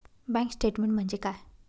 Bank statement म्हणजे काय?